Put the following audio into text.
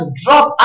drop